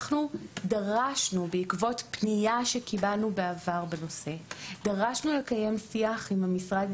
אנחנו דרשנו בעקבות פניה שקיבלנו בעבר בנושא לקיים שיח עם משרד